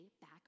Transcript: back